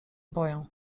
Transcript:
boją